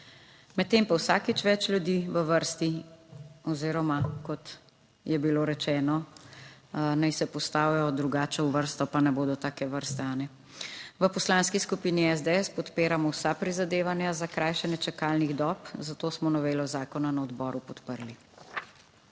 Medtem pa je vsakič več ljudi v vrsti oziroma, kot je bilo rečeno, naj se postavijo drugače v vrsto, pa ne bodo take vrste. V Poslanski skupini SDS podpiramo vsa prizadevanja za krajšanje čakalnih dob, zato smo novelo zakona na odboru podprli.